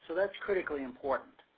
thats critically important.